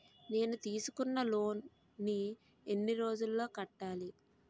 నేను తీసుకున్న లోన్ నీ ఎన్ని రోజుల్లో కట్టాలి?